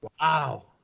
Wow